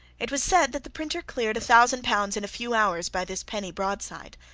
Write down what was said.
it was said that the printer cleared a thousand pounds in a few hours by this penny broadside.